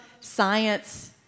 Science